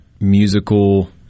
musical